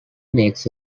makes